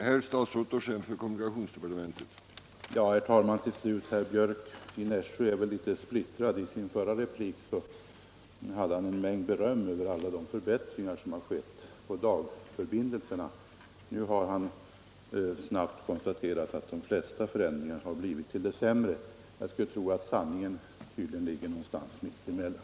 Herr talman! Herr Björck i Nässjö är väl litet splittrad. I sin förra replik uttalade han en mängd beröm över alla de förbättringar som har skett i fråga om dagförbindelserna. Nu har han snabbt konstaterat att de flesta förändringarna har blivit till det sämre. Jag skulle tro att sanningen ligger någonstans mitt emellan.